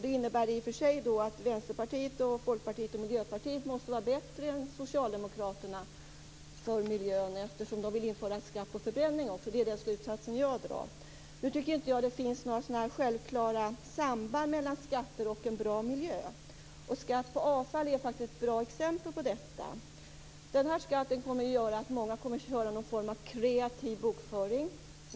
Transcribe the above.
Det innebär i och för sig att Vänsterpartiet, Folkpartiet och Miljöpartiet måste vara bättre än Socialdemokraterna för miljön eftersom de vill införa en skatt på förbränning. Det är den slutsats jag drar. Det finns inte självklara samband mellan skatter och en bra miljö. Skatt på avfall är ett bra exempel på detta. Denna skatt kommer att göra att många kommer att använda sig av någon form av kreativ bokföring.